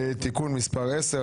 (תיקון מס' 10),